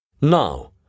Now